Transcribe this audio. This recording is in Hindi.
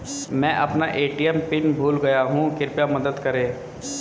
मैं अपना ए.टी.एम पिन भूल गया हूँ कृपया मदद करें